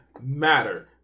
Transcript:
matter